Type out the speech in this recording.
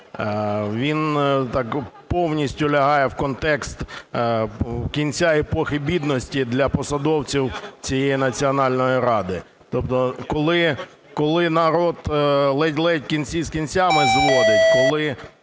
так повністю лягає в контекст "кінця епохи бідності" для посадовців цієї Національної ради. Тобто коли народ ледь-ледь кінці з кінцями зводить, коли